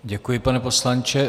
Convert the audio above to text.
Děkuji, pane poslanče.